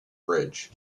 bridge